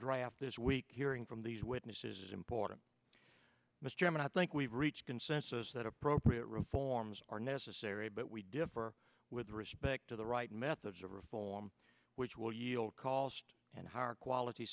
draft this week hearing from these witnesses is important mr chairman i think we've reached consensus that appropriate reforms are necessary but we differ with respect to the right methods of reform which will yield cost and higher quality